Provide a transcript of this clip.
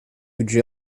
future